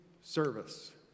service